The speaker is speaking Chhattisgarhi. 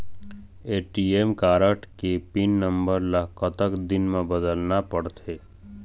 ए.टी.एम कारड के पिन नंबर ला कतक दिन म बदलना पड़थे?